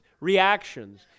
reactions